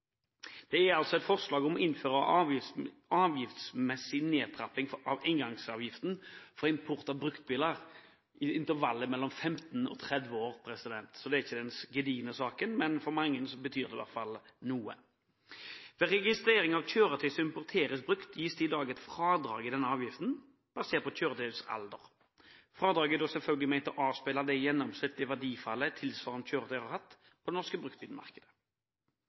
Det gjelder et forslag om å innføre avgiftsmessig nedtrapping av engangsavgiften for import av bruktbiler i intervallet mellom 15 og 30 år – så det er ikke den gedigne saken, men for mange betyr det i hvert fall noe. Ved registrering av kjøretøy som importeres brukt, gis det i dag et fradrag i avgiften, basert på kjøretøyets alder. Fradraget er ment å avspeile det gjennomsnittlige verdifallet tilsvarende kjøretøyer har hatt på det norske